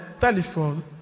telephone